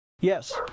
Yes